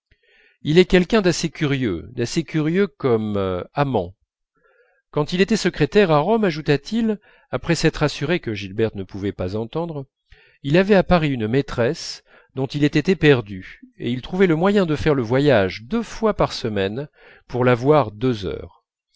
il est quelqu'un d'assez curieux d'assez curieux comme amant quand il était secrétaire à rome ajouta-t-il après s'être assuré que gilberte ne pouvait pas entendre il avait à paris une maîtresse dont il était éperdu et il trouvait le moyen de faire le voyage deux fois par semaine pour la voir deux heures